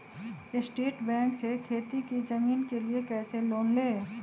State bank से खेती की जमीन के लिए कैसे लोन ले?